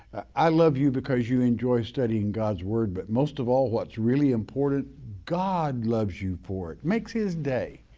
i love you because you enjoy studying god's word. but most of all, what's really important, god loves you for it makes his day.